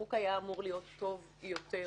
החוק היה אמור להיות טוב יותר,